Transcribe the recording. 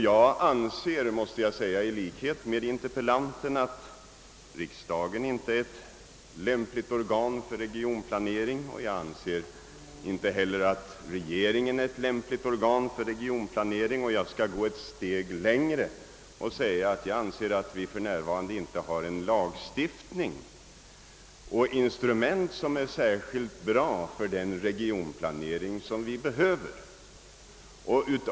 Jag anser i likhet med interpellanten att riksdagen inte är ett lämpligt organ för regionplanering, och jag anser att inte heller regeringen är ett lämpligt organ för regionplanering — ja, jag kan gå ett steg längre och säga att jag anser att vi för närvarande inte har en lagstiftning, inte har instrument som är lämpliga för den regionplanering vi behöver.